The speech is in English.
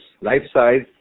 life-size